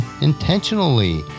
intentionally